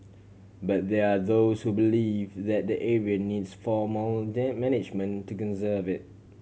but there are those who believe that the area needs formal then management to conserve it